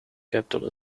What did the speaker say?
capital